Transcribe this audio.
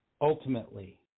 Ultimately